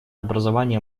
образование